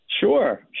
Sure